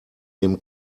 dem